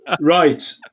Right